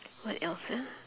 what else ah